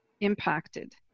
impacted